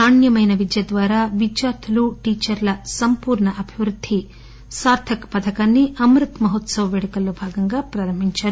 నాణ్యమైన విద్య ద్వారా విద్యార్దులు టీచర్ల సంపూర్ణ అభివృద్ది సార్దక్ పథకాన్ని అమృత్ మహోత్సవ్ వేడుకల్లో భాగంగా ప్రారంభించారు